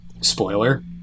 spoiler